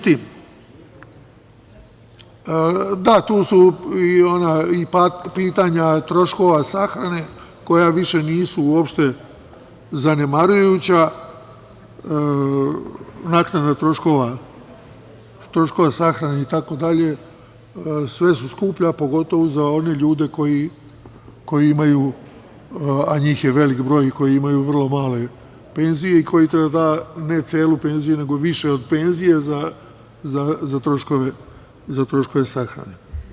Tu su i ona pitanja troškova sahrane, koja nisu više uopšte zanemarujuća, naknade troškova sahrane sve su skuplje, pogotovo za one ljude, a njih je veliki broj, koji imaju vrlo male penzije i koji treba ne celu penziju, nego više od penzije za troškove sahrane.